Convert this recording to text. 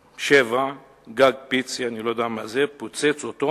שבע גג, פיצי אני לא יודע מה זה, פוצץ אותו.